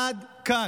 עד כאן.